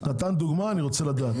נתן דוגמה אני רוצה לדעת,